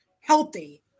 healthy